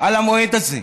על המועד הזה.